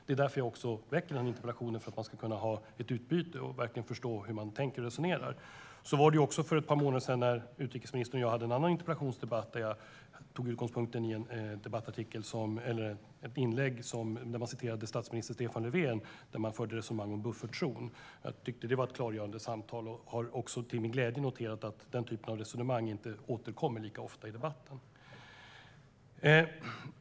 Det är därför jag väcker den här interpellationen, för att vi ska kunna ha ett utbyte och verkligen förstå hur man tänker och resonerar. Så var det också för ett par månader sedan när utrikesministern och jag hade en annan interpellationsdebatt där jag hade ett inlägg som utgångspunkt där man citerade statsminister Stefan Löfven och förde ett resonemang om buffertzon. Jag tyckte att det var ett klargörande samtal och har till min glädje noterat att den typen av resonemang inte återkommer lika ofta i debatten.